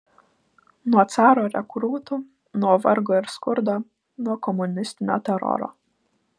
nuo caro rekrūtų nuo vargo ir skurdo nuo komunistinio teroro